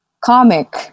Comic